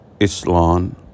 Islam